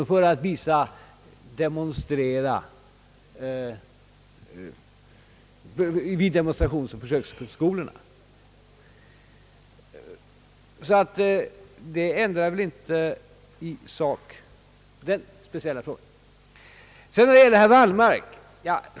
Detta ändrar väl därför inte i sak den speciella frågan. Så kommer jag till herr Wallmarks inlägg.